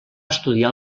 estudiar